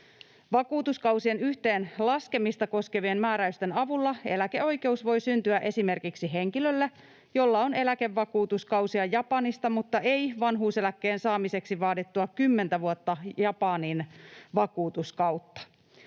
Vakuutuskausien yhteenlaskemista koskevien määräysten avulla eläkeoikeus voi syntyä esimerkiksi henkilölle, jolla on eläkevakuutuskausia Japanista mutta ei vanhuuseläkkeen saamiseksi vaadittua kymmentä vuotta Japanin vakuutuskautta.